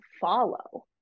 follow